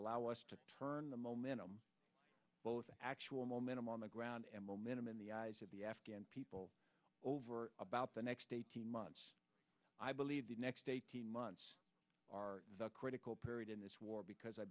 allow us to turn the momentum both actual momentum on the ground and momentum in the eyes of the afghan people over about the next eighteen months i believe the next eighteen months are the critical period in this war because i